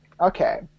okay